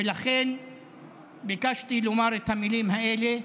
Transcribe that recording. ולכן ביקשתי לומר את המילים האלה: